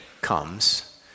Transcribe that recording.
comes